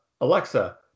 Alexa